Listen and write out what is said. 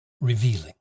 revealing